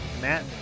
Matt